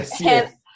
yes